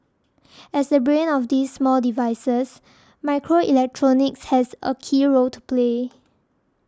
as the brain of these small devices microelectronics has a key role to play